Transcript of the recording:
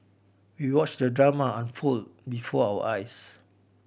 we watched the drama unfold before our eyes